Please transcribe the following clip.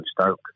Stoke